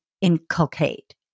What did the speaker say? inculcate